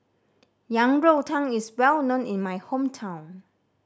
Yang Rou Tang is well known in my hometown